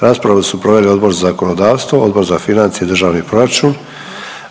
Raspravu su proveli Odbor za zakonodavstvo, Odbor za financije i državni proračun.